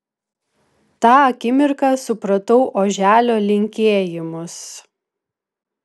tą akimirką supratau oželio linkėjimus